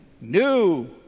new